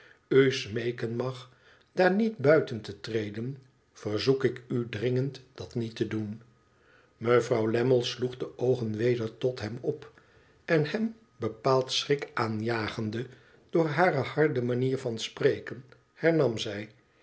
u smeeken mag daar niet buiten te treden verzoek ik u dringend dat niet te doen mevrouw lammie sloeg de oogen weder tot hem op en hem bepaald schrik aanjagende door hare harde manier van spreken hernam zij